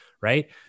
right